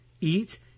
Eat